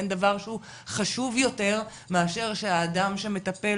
אין דבר שהוא חשוב יותר מאשר שהאדם שמטפל